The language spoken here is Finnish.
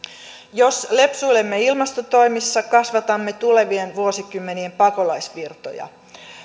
jos lepsuilemme ilmastotoimissa kasvatamme tulevien vuosikymmenien pakolaisvirtoja